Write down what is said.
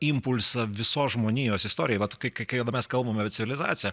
impulsą visos žmonijos istorijoj vat kai kai mes kalbam apie civilizaciją